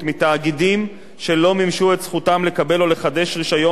מימשו את זכותם לקבל או לחדש רשיון להפעלת קו שירות.